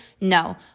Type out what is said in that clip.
No